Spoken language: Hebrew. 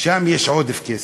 שם יש עודף כסף.